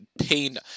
pain